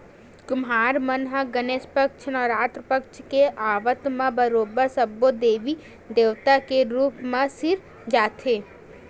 कुम्हार मन ह गनेस पक्छ, नवरात पक्छ के आवब म बरोबर सब्बो देवी देवता के रुप ल सिरजाथे